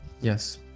Yes